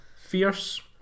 fierce